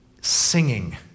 singing